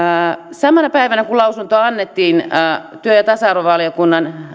samana päivänä kun lausunto annettiin sdpn työ ja tasa arvovaliokunnan